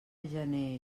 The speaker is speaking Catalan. gener